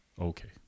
okay